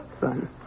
Son